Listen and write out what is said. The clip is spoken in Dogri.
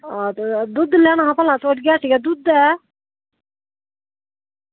दुद्ध लैनां हा भला थुआढ़िया हट्टिया दुद्ध ऐ